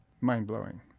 mind-blowing